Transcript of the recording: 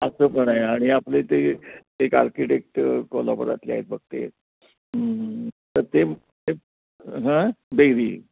असं पण आहे आणि आपले ते एक आर्किटेक्ट कोल्हापुरातले आहेत बघ ते तर ते हां बेरी